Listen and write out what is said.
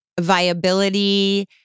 viability